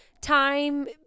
time –